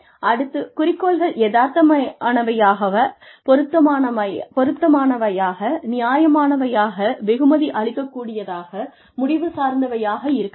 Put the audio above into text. அடுத்து குறிக்கோள்கள் யதார்த்தமானவையாக பொருத்தமானவையாக நியாயமானவையாக வெகுமதி அளிக்கக் கூடியதாக முடிவு சார்ந்தவையாக இருக்க வேண்டும்